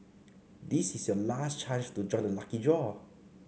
this is your last chance to join the lucky draw